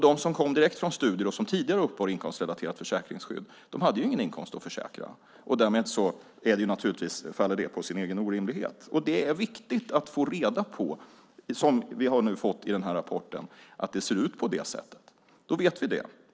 De som kom direkt från studier och som tidigare uppbar inkomstrelaterat försäkringsskydd hade ingen inkomst att försäkra, och därmed faller det naturligtvis på sin egen orimlighet. Det är viktigt att få reda på, som vi nu har fått i den här rapporten, att det ser ut på det sättet. Då vet vi det.